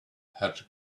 had